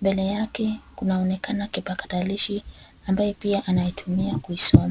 Mbele yake kunaonekana kipakatalishi ambaye pia anaitumia kuisoma.